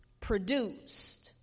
produced